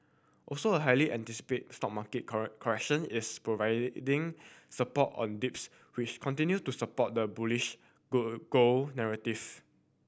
also a highly anticipated stock market correction is providing support on dips which continue to support the bullish go gold narrative